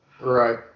Right